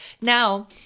Now